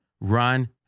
run